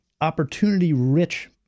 opportunity-rich